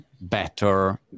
better